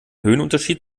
höhenunterschied